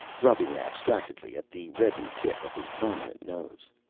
rubbing abstractedly at the reddened tip of his prominent nose.